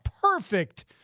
perfect